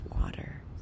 water